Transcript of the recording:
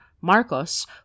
Marcos